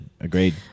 Agreed